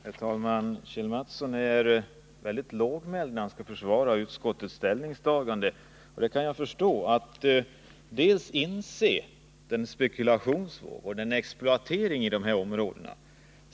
Herr talman! Kjell Mattsson är väldigt lågmäld när han försvarar utskottets ställningstagande, och det kan jag förstå. Han inser vilken spekulationsvåg och vilken exploatering som förekommer i dessa områden.